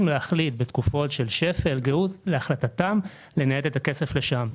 להחליט בתקופות של שפל או גאות לנייד את הכסף שם.